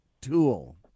tool